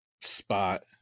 spot